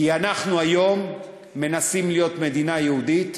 כי אנחנו היום מנסים להיות מדינה יהודית,